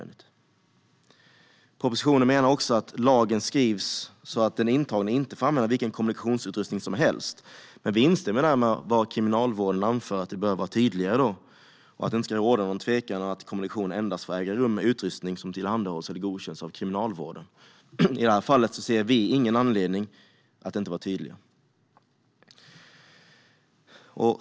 I propositionen står också att lagen skrivs så att den intagna inte får använda vilken kommunikationsutrustning som helst. Men vi instämmer där i vad Kriminalvården anför om att detta bör vara tydligare. Det bör inte råda någon tvekan om att kommunikation endast får äga rum med utrustning som tillhandahålls eller godkänns av Kriminalvården. I det här fallet ser vi ingen anledning att inte vara tydliga.